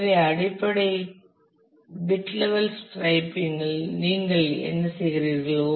எனவே அடிப்படை bit level striping இல் நீங்கள் என்ன செய்கிறீர்கள்